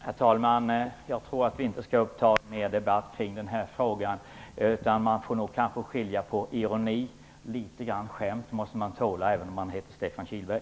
Herr talman! Vi skall nog inte ta i anspråk mera debattid för denna fråga. Man får skilja mellan ironi och skämt, och litet grand av skämt måste man tåla, även om man heter Stefan Kihlberg.